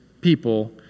people